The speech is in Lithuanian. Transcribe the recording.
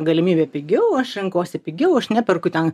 galimybė pigiau aš renkuosi pigiau aš neperku ten